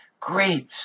great